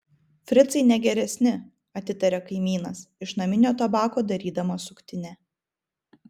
fricai ne geresni atitaria kaimynas iš naminio tabako darydamas suktinę